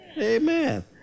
Amen